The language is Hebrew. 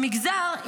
במגזר,